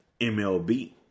MLB